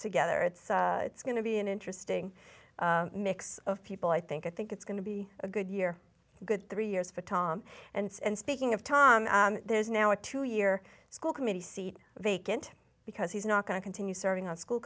together it's going to be an interesting mix of people i think i think it's going to be a good year a good three years for tom and and speaking of tom there's now a two year school committee seat vacant because he's not going to continue serving on school